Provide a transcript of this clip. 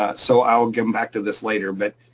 ah so i'll come back to this later. but,